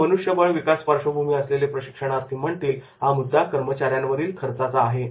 तर मनुष्यबळ विकास पार्श्वभूमी असलेले प्रशिक्षणार्थी म्हणतील की हा मुद्दा कर्मचाऱ्यांवरील खर्चाचा आहे